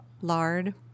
Lard